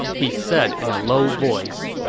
he said in a low voice,